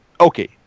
okay